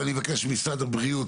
אני מבקש ממשרד הבריאות,